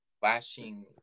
flashing